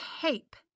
tape